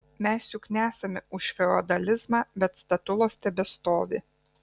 mes juk nesame už feodalizmą bet statulos tebestovi